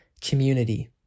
community